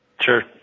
Sure